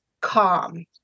calm